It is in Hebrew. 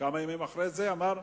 כמה ימים אחרי זה אמר: